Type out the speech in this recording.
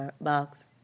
box